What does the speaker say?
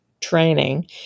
training